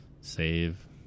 save